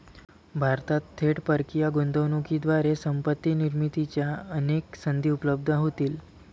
भारतात थेट परकीय गुंतवणुकीद्वारे संपत्ती निर्मितीच्या अनेक संधी उपलब्ध होतील